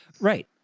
right